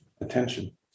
attention